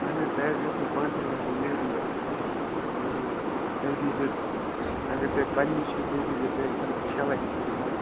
اَہَن حظ تۄہہِ حظ گژھِو پانٛژَن لَچھَن یِہَے یہِ تُہۍ دیٖزیٚو اگر تُہۍ پَنٕنی چھِو تُہۍ دیٖزیٚو تُہۍ شےٚ لَچھ رۄپیہِ بَس